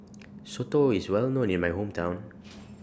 Soto IS Well known in My Hometown